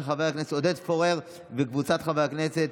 של חבר הכנסת עודד פורר וקבוצת חברי הכנסת,